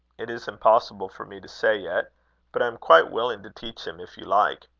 it is impossible for me to say yet but i am quite willing to teach him if you like.